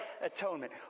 atonement